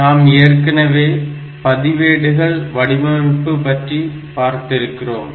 நாம் ஏற்கனவே பதிவேடுகள் வடிவமைப்பு பற்றி பார்த்திருக்கிறோம்